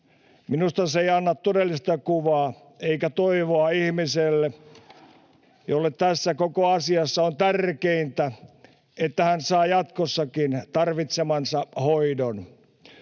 Minusta se ei anna todellista kuvaa eikä toivoa ihmiselle, jolle tässä koko asiassa on tärkeintä, että hän saa jatkossakin tarvitsemansa hoidon.